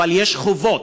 אבל יש חובות,